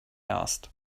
asked